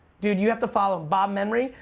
dude, you have to follow him. bob menery,